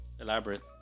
Elaborate